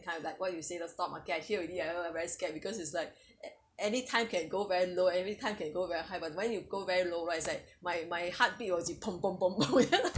kind of like what you say loh stock market I hear already I very scared because it's like an~ anytime can go very low anytime can go very high but when you go very low right it's like my my heartbeat